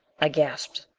i gasped,